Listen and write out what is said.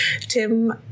Tim